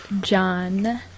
John